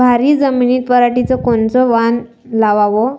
भारी जमिनीत पराटीचं कोनचं वान लावाव?